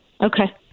okay